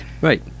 Right